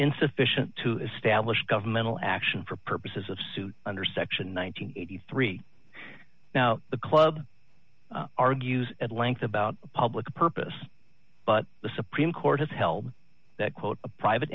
insufficient to establish governmental action for purposes of sued under section one hundred and eighty three now the club argues at length about public purpose but the supreme court has held that quote a private